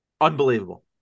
Unbelievable